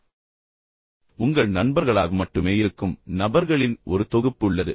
எனவே உங்கள் நண்பர்களாக மட்டுமே இருக்கும் நபர்களின் ஒரு தொகுப்பு உள்ளது